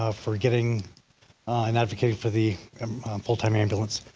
ah for getting and advocating for the um full-time ambulance.